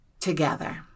together